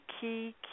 key